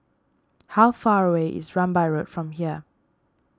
how far away is Rambai Road from here